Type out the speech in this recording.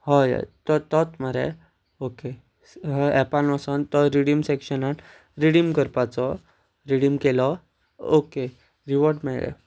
हय हय तर तोच मरे ओके एपान वचोन तो रिडीम सेक्शनान रिडीम करपाचो रिडीम केलो ओके रिवॉर्ड मेळ्ळें